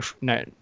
no